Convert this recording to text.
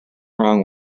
wrong